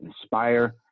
inspire